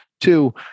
two